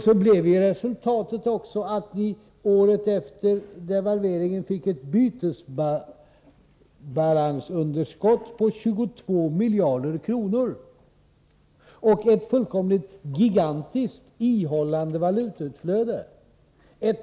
Så blev resultatet också att ni året efter fick ett bytesbalansunderskott på 22 miljarder kronor och ett fullkomligt gigantiskt ihållande valutautflöde.